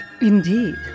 Indeed